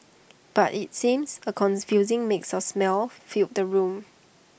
but IT seems A confusing mix of smells filled the room